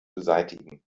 beseitigen